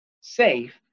safe